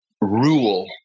rule